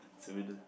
it's a winner